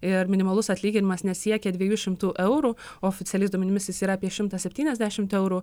ir minimalus atlyginimas nesiekia dviejų šimtų eurų oficialiais duomenimis jis yra apie šimtą septyniasdešimt eurų